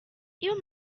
you